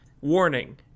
Warning